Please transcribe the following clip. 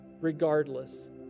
regardless